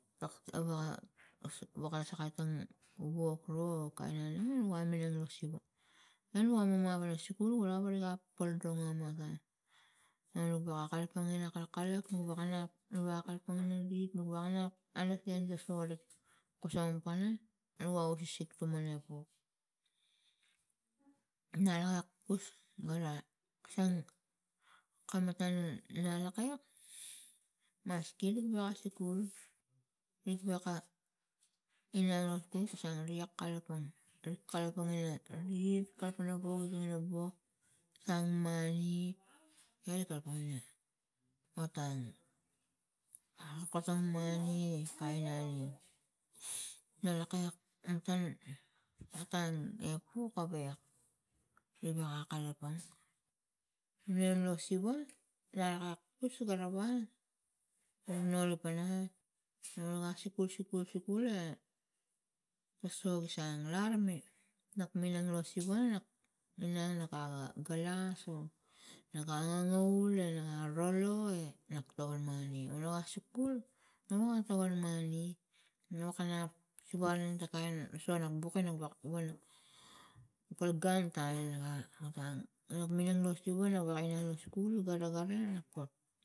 Ak a woka woka sakai tang wok ro kain oneng nua minang lo siva e nua mama gala sikul kulau gala pol dong amotang nuga kalapang akalkalik nu wakanap nu kalapang na rid no wokanap undastan ga soko rik posong pana nuga ausisik tuman e pok na galakpus gara kasang kam matan gun lak iak maski waga sikul nik waka inang lopuk kasang nak kalapang rik kalapang ina rid kalapang wok ina wok kasang mani neni kalapang ina otang akotong mani e kain na ne na laklak tan matang epuk awek ni waka kalapang inang lo siva lalakakpus irawang nonoli pana noga sikul sikul e poso gi sang larime nak minang lo siva nak inang lo kaga galas o naga ngangavul naga roro e nok togon mani ragi sikul no ga togon mani nukanap sivanin ta kain so nuk bukan nu wok walik pal gun tain naga otang panuk minang lo siva nu ain lo skul nugara aneng lo nuk pok.